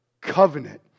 covenant